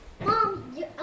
Mom